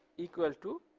equal to